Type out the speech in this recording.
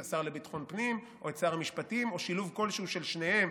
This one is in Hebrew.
את השר לביטחון פנים או שר המשפטים או שילוב כלשהו של שניהם,